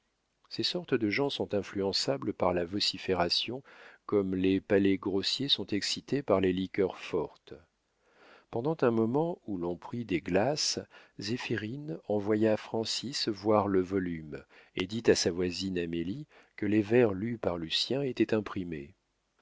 ces sortes de gens sont influençables par la vocifération comme les palais grossiers sont excités par les liqueurs fortes pendant un moment où l'on prit des glaces zéphirine envoya francis voir le volume et dit à sa voisine amélie que les vers lus par lucien étaient imprimés